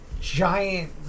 giant